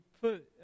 put